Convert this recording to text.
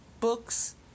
books